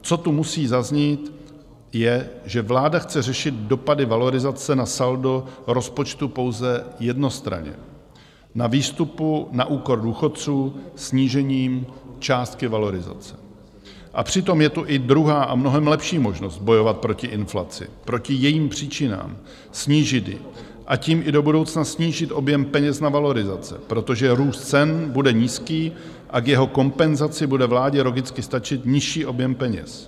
Co tu musí zaznít je, že vláda chce řešit dopady valorizace na saldo rozpočtu pouze jednostranně, na výstupu na úkor důchodců snížením částky valorizace, a přitom je tu i druhá a mnohem lepší možnost bojovat proti inflaci, proti jejím příčinám, snížit ji, a tím i do budoucna snížit objem peněz na valorizace, protože růst cen bude nízký a k jeho kompenzaci bude vládě logicky stačit nižší objem peněz.